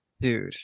Dude